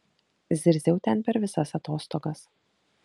zirziau ten per visas atostogas